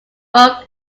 both